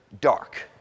dark